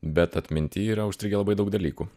bet atminty yra užstrigę labai daug dalykų